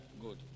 Good